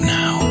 now